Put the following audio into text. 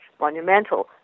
monumental